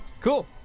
Cool